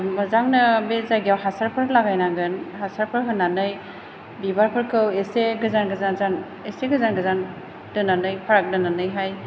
मोजांनो बे जायगायाव हासारफोर लागायनांगोन हासारफोर होनानै बिबारफोरखौ एसे गोजान गोजान एसे गोजान गोजान दोन्नानै फाराग दोन्नानैहाय